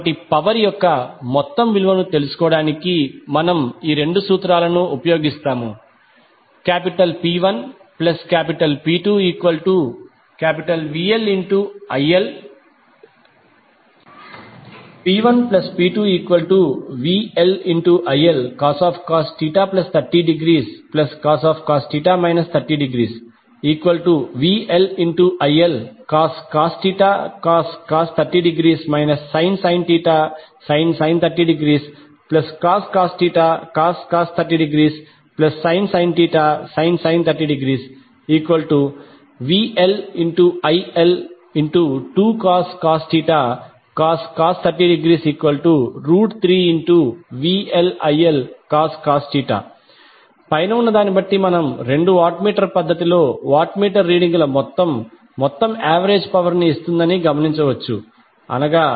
కాబట్టి పవర్ యొక్క మొత్తం విలువను తెలుసుకోవడానికి మనము ఈ రెండు సూత్రాలను ఉపయోగిస్తాము P1P2VLILcos 30° cos 30° VLILcos cos 30° sin sin 30° cos cos 30° sin sin 30° VLIL2cos cos 30° 3VLILcos పైన ఉన్న దాని బట్టి మనం రెండు వాట్ మీటర్ పద్ధతిలో వాట్ మీటర్ రీడింగుల మొత్తం మొత్తం యావరేజ్ పవర్ ని ఇస్తుందని గమనించవచ్చు అనగా